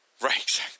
Right